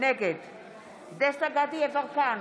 נגד דסטה גדי יברקן,